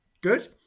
Good